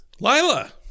lila